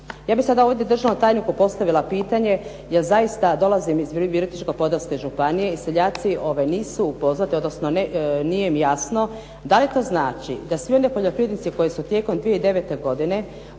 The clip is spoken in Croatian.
Ja bih sada ovdje državnom tajniku postavila pitanje, ja zaista dolazim iz Virovitičko-podravske županije i seljaci nisu upoznati, odnosno nije im jasno da li to znači da svi oni poljoprivrednici koji su tijekom 2009. godine